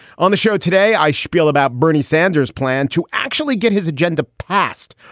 on the show today, i shpiel about bernie sanders plan to actually get his agenda passed,